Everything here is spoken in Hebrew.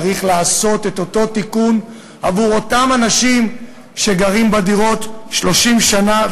צריך לעשות את אותו תיקון עבור אותם אנשים שגרים בדירות 30 שנה,